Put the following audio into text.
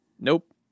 Nope